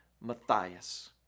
Matthias